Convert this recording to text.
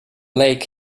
lake